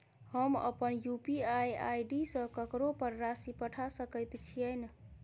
हम अप्पन UPI ID सँ ककरो पर राशि पठा सकैत छीयैन?